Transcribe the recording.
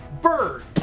bird